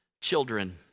children